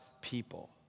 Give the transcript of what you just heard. people